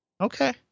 okay